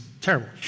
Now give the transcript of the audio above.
terrible